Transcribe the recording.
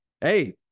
hey